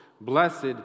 Blessed